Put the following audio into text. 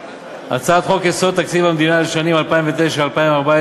הצעת חוק-יסוד: תקציב המדינה לשנים 2009 עד 2014